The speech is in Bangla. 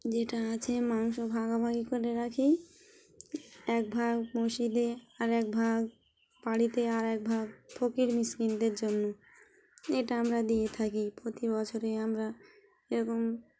যেটা আছে মাংস ভাগাভাগি করে রাখি এক ভাগ মশিদে আর এক ভাগ বাড়িতে আর এক ভাগ ফকির মিশকিনদের জন্য এটা আমরা দিয়ে থাকি প্রতি বছরে আমরা এরকম